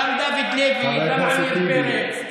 גם דוד לוי, גם עמיר פרץ.